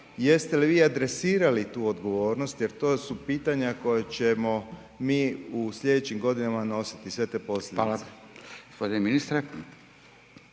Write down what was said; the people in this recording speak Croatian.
jeste li vi adresirali tu odgovornost jer to su pitanja koja ćemo mi u slijedećim godinama nositi sve te posljedice? **Radin, Furio